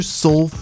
soul